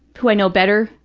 who i know better,